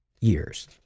years